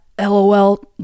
LOL